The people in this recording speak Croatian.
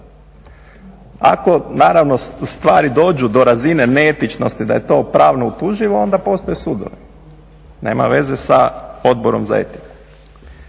Ako naravno stvari dođu do razine neetičnosti da je to pravno utuživo onda postoje sudovi. Nema veze sa Odborom za etiku.